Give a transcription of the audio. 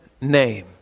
name